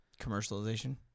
commercialization